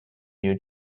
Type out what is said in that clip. new